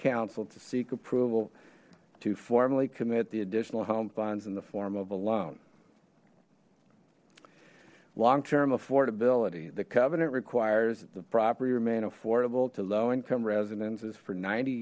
council to seek approval to formally commit the additional home funds in the form of a loan long term affordability the covenant requires that the property remain affordable to low income residences for ninety